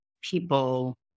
people